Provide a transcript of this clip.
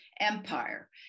empire